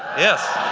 yes.